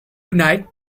tonight